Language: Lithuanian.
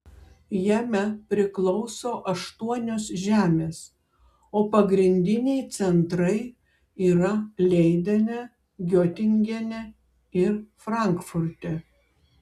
jame priklauso aštuonios žemės o pagrindiniai centrai yra leidene giotingene ir frankfurte